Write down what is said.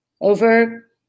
over